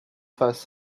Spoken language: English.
first